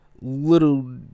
little